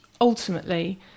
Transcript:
ultimately